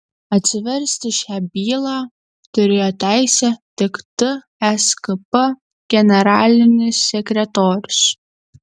atsiversti šią bylą turėjo teisę tik tskp generalinis sekretorius